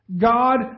God